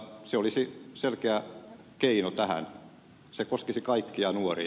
se olisi selkeä keino tähän se koskisi kaikkia nuoria